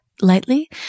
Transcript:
Lightly